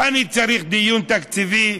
אני צריך דיון תקציבי,